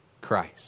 Christ